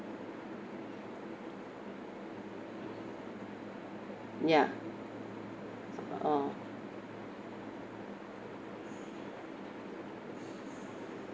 ya oh